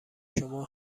شما